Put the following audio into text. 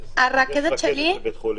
יש רכזת של בית חולים,